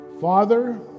Father